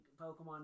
Pokemon